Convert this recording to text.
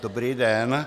Dobrý den.